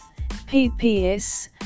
PPS